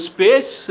Space